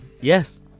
Yes